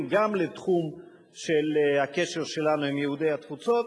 גם לתחום של הקשר שלנו עם יהודי התפוצות,